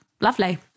lovely